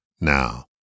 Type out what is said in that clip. now